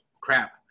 crap